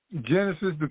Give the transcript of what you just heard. Genesis